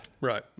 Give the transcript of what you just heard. Right